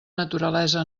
naturalesa